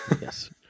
Yes